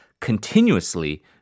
continuously